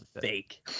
fake